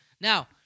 Now